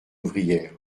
ouvrière